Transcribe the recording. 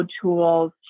tools